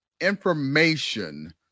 information